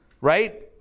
right